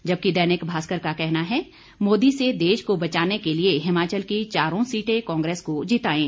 जबकि दैनिक भास्कर का कहना है मोदी से देश को बचाने के लिए हिमाचल की चारों सीटें कांग्रेस को जिताएं